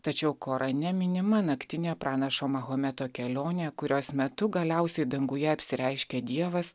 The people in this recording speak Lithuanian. tačiau korane minima naktinė pranašo mahometo kelionė kurios metu galiausiai danguje apsireiškia dievas